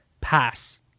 Pass